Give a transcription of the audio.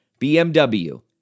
BMW